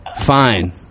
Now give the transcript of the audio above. fine